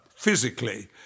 physically